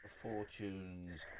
Fortune's